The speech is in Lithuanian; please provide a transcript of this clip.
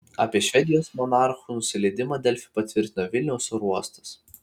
apie švedijos monarchų nusileidimą delfi patvirtino vilniaus oro uostas